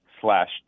slash